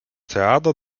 theater